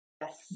yes